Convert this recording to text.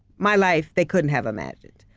my life they couldn't have imagined.